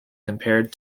compared